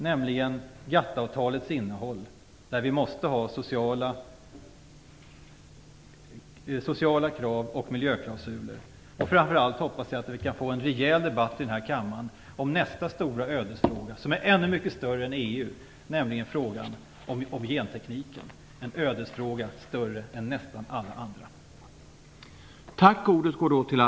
Den ena är GATT-avtalets innehåll, där vi måste ställa sociala krav och få miljöklausuler. Jag hoppas framför allt att vi får en rejäl debatt i denna kammare om den andra, som är vår nästa stora ödesfråga, ännu större än EU-frågan, nämligen gentekniken. Det är en ödesfråga större än nästan alla andra.